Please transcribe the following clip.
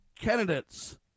candidates